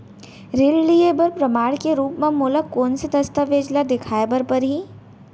ऋण लिहे बर प्रमाण के रूप मा मोला कोन से दस्तावेज ला देखाय बर परही?